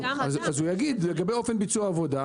אז הוא יגיד לגבי אופן ביצוע העבודה,